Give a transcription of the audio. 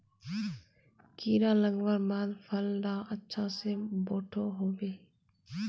कीड़ा लगवार बाद फल डा अच्छा से बोठो होबे?